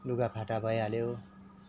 लुगाफाटा भइहाल्यो